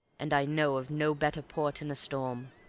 and i know of no better port in a storm.